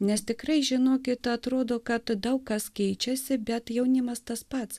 nes tikrai žino kitą atrodo kad daug kas keičiasi bet jaunimas tas pats